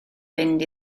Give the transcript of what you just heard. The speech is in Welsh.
fynd